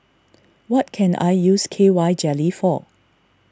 what can I use K Y Jelly for